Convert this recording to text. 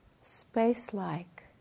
Space-like